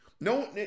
No